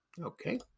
Okay